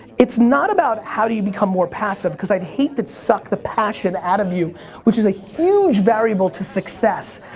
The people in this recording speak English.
it's not about how do you become more passive, cause i'd hate to suck the passion out of you which is a huge variable to success.